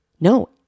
no